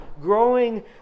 Growing